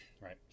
Right